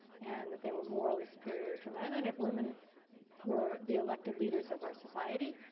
and that they were morally superior to men. and if women were the elected leaders of our society,